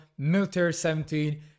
Military17